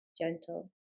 gentle